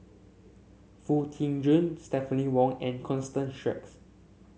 Foo Tee Jun Stephanie Wong and Constance Sheares